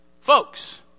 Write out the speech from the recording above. folks